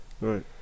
Right